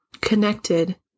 Connected